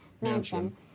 mansion